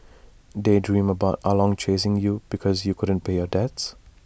daydream about ah long chasing you because you couldn't pay your debts